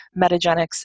Metagenics